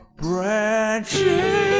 branches